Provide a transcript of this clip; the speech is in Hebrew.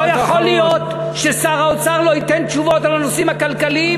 לא יכול להיות ששר האוצר לא ייתן תשובות על הנושאים הכלכליים.